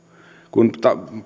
kun